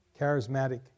Charismatic